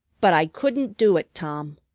but i couldn't do it, tom.